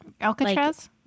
Alcatraz